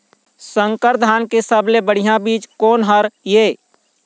संकर धान के सबले बढ़िया बीज कोन हर ये?